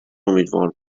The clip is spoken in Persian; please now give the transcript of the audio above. امیدوار